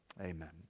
Amen